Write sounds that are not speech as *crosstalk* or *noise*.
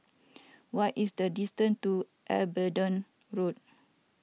*noise* what is the distance to Abingdon Road